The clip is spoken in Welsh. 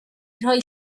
rhoi